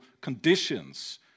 conditions